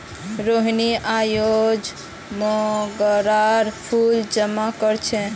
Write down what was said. रोहिनी अयेज मोंगरार फूल जमा कर छीले